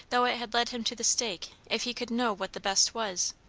though it had led him to the stake, if he could know what the best was.